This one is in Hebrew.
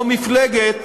או מפלגת